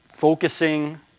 focusing